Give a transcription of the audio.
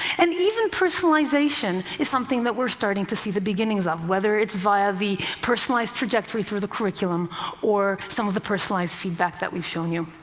and even personalization is something that we're starting to see the beginnings of, whether it's via the personalized trajectory through the curriculum or some of the personalized feedback that we've shown you.